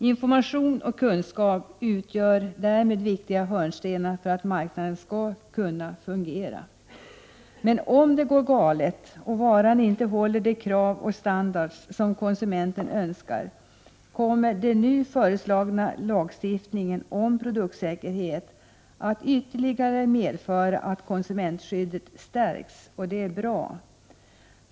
Information och kunskap utgör därmed viktiga hörnstenar för att marknaden skall fungera. Men om det går galet och varan inte håller de krav och den standard som konsumenten önskar, kommer den nu föreslagna lagstiftningen om produktsäkerhet att medföra att konsumentskyddet stärks ytterligare. Det är bra!